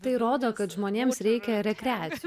tai rodo kad žmonėms reikia rekreacinių